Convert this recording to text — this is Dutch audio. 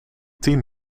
tien